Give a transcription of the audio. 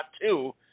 two